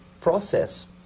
process